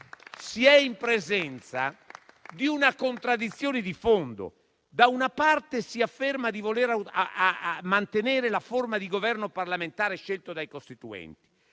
Si è in presenza di una contraddizione di fondo: da una parte, si afferma di voler mantenere la forma di governo parlamentare scelta dai costituenti;